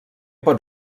pot